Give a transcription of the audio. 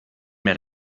mehr